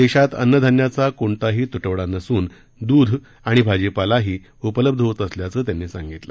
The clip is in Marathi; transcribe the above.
देशात अन्नधान्याचा कोणताही तुटवडा नसून दूध आणि भाजीपालाही उपलब्ध होत असल्याचंही त्यांनी सांगितलं